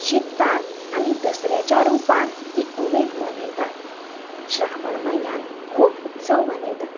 शिकतात आनी दसऱ्याच्या रुपान ही उमेद मनयतात श्रावण म्हयन्यांत खूब उत्सव मनयतात